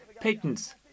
patents